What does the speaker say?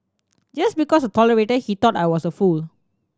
just because I tolerated he thought I was a fool